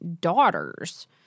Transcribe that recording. daughters